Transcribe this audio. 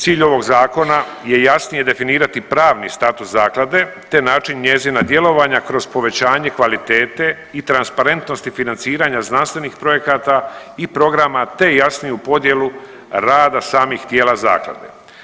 Cilj ovog zakona je jasnije definirati pravni status zaklade, te način njezina djelovanja kroz povećanje kvalitete i transparentnosti financiranja znanstvenih projekata i programa, te jasniju podjelu rada samih tijela zaklade.